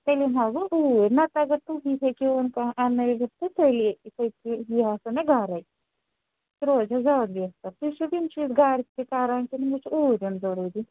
تیٚلہِ یِمہٕ ہا بہٕ اوٗرۍ نَتہٕ اَگر تُہی ہیٚکِہون کانٛہہ انٕنٲوِتھ تہٕ تیٚلی ییٚتہِ گَرَے سُہ روزِ ہا زیٛادٕ جان تُہۍ چھُو یِم چیٖز گَرِ تہِ کَران کِنہٕ مےٚ چھُ اوٗرۍ یُن ضروٗری